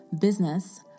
business